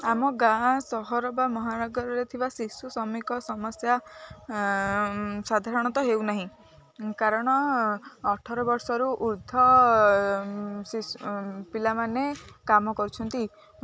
ଆମ ଗାଁ ସହର ବା ମହାନଗରରେ ଥିବା ଶିଶୁ ଶ୍ରମିକ ସମସ୍ୟା ସାଧାରଣତଃ ହେଉ ନାହିଁ କାରଣ ଅଠର ବର୍ଷରୁ ଉର୍ଦ୍ଧ୍ଵ ପିଲାମାନେ କାମ କରୁଛନ୍ତି